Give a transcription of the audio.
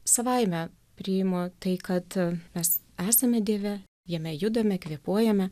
savaime priimu tai kad mes esame dieve jame judame kvėpuojame